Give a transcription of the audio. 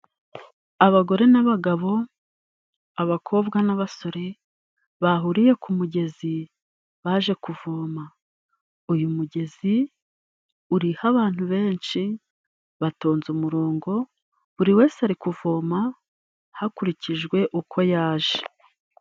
Abagore n'abagabo, abakobwa n'abasore bahuriye ku mugezi baje kuvoma. Uyu mugezi uriho abantu benshi batonze umurongo, buri wese ari kuvoma hakurikijwe uko yaje.